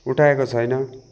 उठाएको छैनौ